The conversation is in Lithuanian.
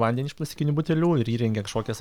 vandenį iš plastikinių butelių ir įrengė kažkokias